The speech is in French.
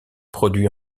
produit